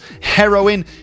heroin